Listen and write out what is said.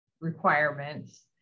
requirements